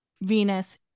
Venus